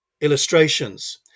illustrations